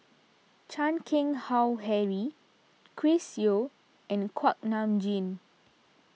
Chan Keng Howe Harry Chris Yeo and Kuak Nam Jin